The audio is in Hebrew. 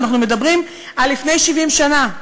אנחנו מדברים על לפני 70 שנה.